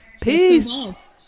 Peace